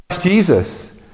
Jesus